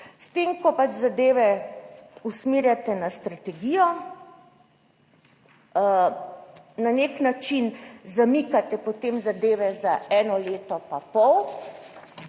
S tem, ko pač zadeve usmerjate na strategijo, na nek način zamikate potem zadeve za 1 leto pa pol,